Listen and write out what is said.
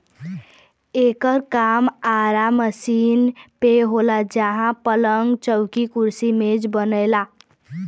एकर काम आरा मशीन पे होला जहां पलंग, चौकी, कुर्सी मेज बनला